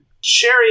Sherry